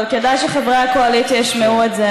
אבל כדאי שחברי הקואליציה ישמעו את זה,